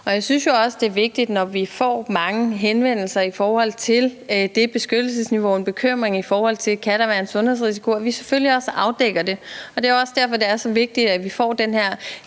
er. Jeg synes jo også, det er vigtigt, når vi får mange henvendelser om det beskyttelsesniveau med en bekymring om, om der kan være en sundhedsrisiko, at vi selvfølgelig også afdækker det. Det er også derfor, det er så vigtigt, at vi får den her